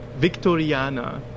Victoriana